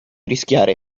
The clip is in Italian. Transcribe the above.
rischiare